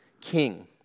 King